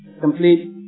complete